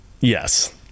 Yes